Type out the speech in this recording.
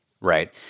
Right